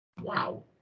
Wow